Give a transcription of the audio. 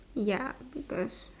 ya peoples